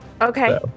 Okay